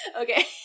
Okay